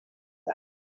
that